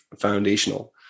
foundational